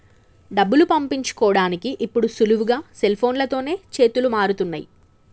డబ్బులు పంపించుకోడానికి ఇప్పుడు సులువుగా సెల్ఫోన్లతోనే చేతులు మారుతున్నయ్